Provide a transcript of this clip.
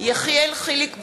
יחיאל חיליק בר,